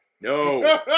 No